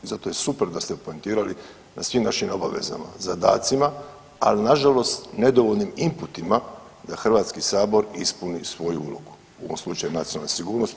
I zato je super da ste poentirali na svim našim obavezama, zadacima ali na žalost nedovoljnim inputima da Hrvatski sabor ispuni svoju ulogu, u ovom slučaju nacionalne sigurnosti.